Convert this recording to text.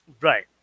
Right